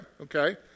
Okay